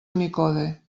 unicode